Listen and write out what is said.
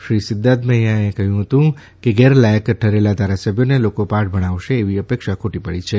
શ્રી ચિદ્વારમૈયાહે કહ્યું કે ગેરલાયક ઠરેલા ધારાસભ્યોને લોકો પાઠ ભણાવશે એવી અપેક્ષા ખોટી પડી છે